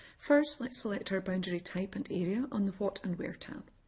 first, let's select our boundary type and area on the what and where tab.